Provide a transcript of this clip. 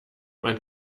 man